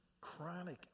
Chronic